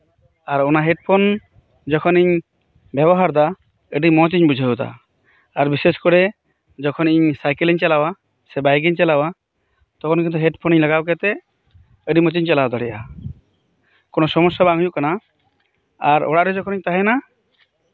ᱚᱱᱟ ᱦᱮᱰᱯᱷᱳᱱ ᱡᱚᱠᱷᱚᱱ ᱤᱧ ᱵᱮᱵᱚᱦᱟᱨ ᱮᱫᱟ ᱟᱹᱰᱤ ᱢᱚᱸᱡᱽ ᱤᱧ ᱵᱩᱡᱷᱟᱹᱣ ᱮᱫᱟ ᱟᱨ ᱵᱤᱥᱮᱥ ᱠᱚᱨᱮ ᱡᱚᱠᱷᱚᱱ ᱤᱧ ᱥᱟᱭᱠᱮᱞ ᱤᱧ ᱪᱟᱞᱟᱣᱟ ᱥᱮ ᱵᱟᱭᱤᱠ ᱤᱧ ᱪᱟᱞᱟᱣᱟ ᱩᱱ ᱡᱚᱠᱷᱮᱡ ᱦᱮᱰᱯᱷᱳᱱ ᱞᱟᱜᱟᱣ ᱠᱟᱛᱮᱫ ᱟᱹᱰᱤ ᱢᱚᱸᱡ ᱤᱧ ᱪᱟᱞᱟᱣ ᱵᱟᱲᱟᱭᱟ ᱠᱳᱱᱳ ᱥᱚᱢᱚᱥᱥᱟ ᱵᱟᱝ ᱦᱩᱭᱩᱜ ᱠᱟᱱᱟ ᱚᱲᱟᱜ ᱨᱮ ᱡᱚᱠᱷᱚᱱ ᱤᱧ ᱛᱟᱦᱮᱸ ᱠᱟᱱᱟ